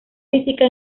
física